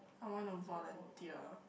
I want to volunteer